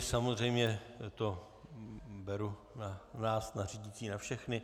Samozřejmě to beru na nás na řídící, na všechny.